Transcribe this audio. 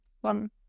one